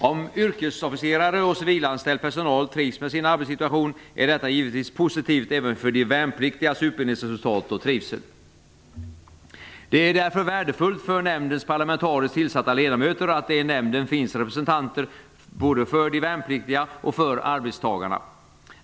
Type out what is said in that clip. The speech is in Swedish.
Om yrkesofficerare och civilanställd personal trivs med sin arbetssituation är detta givetvis positivt även för de värnpliktigas utbildningsresultat och trivsel. Det är därför värdefullt för nämndens parlamentariskt tillsatta ledamöter att det i nämnden finns representanter både för de värnpliktiga och för arbetstagarna.